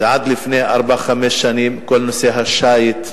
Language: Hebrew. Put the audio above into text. עד לפני ארבע חמש שנים כל נושא השיט,